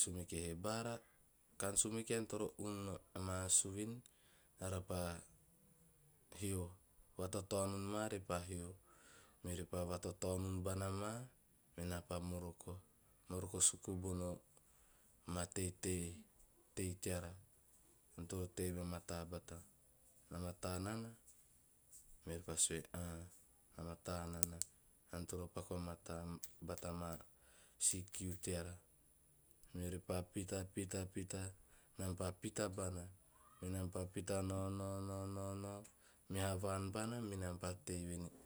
sumeke he "bara kaan sumeke ean toro nun maa suvin eara pa hio, vatataonim maa arapa hio. Meori pa vatataonim bana maa, me na pa moroko, moroko suku bono ma teitei teara "eam toro tei vamataa bata, na mataa nana? Meori na sue, "a na mataa nana, vamataa bata ma si kiu teara." Meori pa pita pita pita, nam pa pita bana. Menam pa pita nao nao nao nao nao, meha vaan bana menam pa tei venei